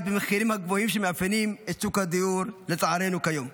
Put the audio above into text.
במחירים הגבוהים שמאפיינים את שוק הדיור כיום,